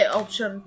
option